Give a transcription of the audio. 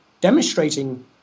demonstrating